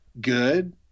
good